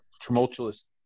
tumultuous